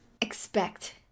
expect